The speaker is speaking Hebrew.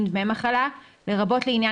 ימי הבידוד שבעדם הופחתו ימי המחלה שעמדו לרשותו,